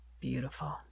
Beautiful